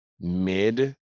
mid